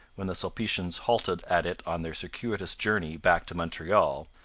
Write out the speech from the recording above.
when the sulpicians halted at it on their circuitous journey back to montreal,